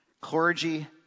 Clergy